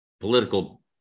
political